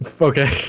Okay